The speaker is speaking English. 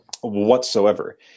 whatsoever